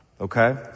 Okay